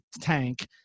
tank